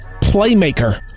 playmaker